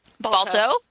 Balto